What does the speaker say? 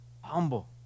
humble